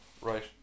right